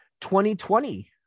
2020